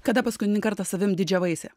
kada paskutinį kartą savim didžiavaisi